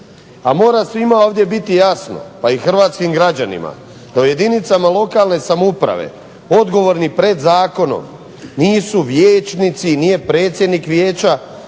A mora svima ovdje biti jasno, pa i hrvatskim građanima kao jedinicama lokalne samouprave odgovorni pred zakonom nisu vijećnici i nije predsjednik Vijeća